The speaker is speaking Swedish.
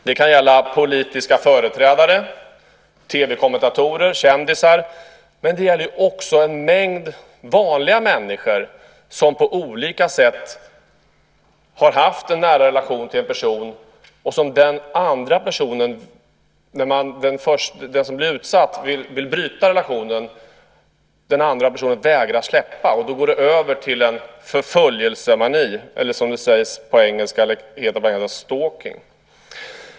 Det kan gälla politiska företrädare, TV-kommentatorer eller kändisar, men det gäller också en mängd vanliga människor som på olika sätt har haft en nära relation till en person som, när den som blir utsatt vill bryta relationen, vägrar släppa. Då går det över till förföljelsemani, eller stalking som det heter på engelska.